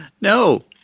No